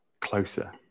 closer